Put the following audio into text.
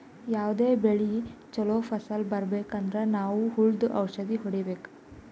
ಯಾವದೇ ಬೆಳಿ ಚೊಲೋ ಫಸಲ್ ಬರ್ಬೆಕ್ ಅಂದ್ರ ನಾವ್ ಹುಳ್ದು ಔಷಧ್ ಹೊಡಿಬೇಕು